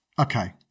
Okay